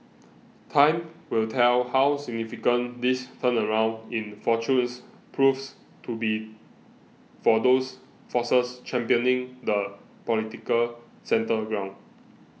time will tell how significant this turnaround in fortunes proves to be for those forces championing the political centre ground